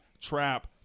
trap